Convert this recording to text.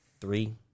Three